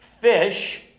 fish